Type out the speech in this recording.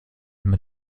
wenn